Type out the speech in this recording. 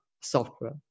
software